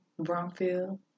Bromfield